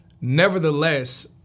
Nevertheless